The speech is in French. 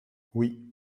oui